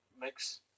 mix